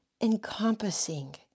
encompassing